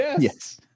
Yes